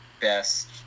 best